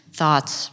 thoughts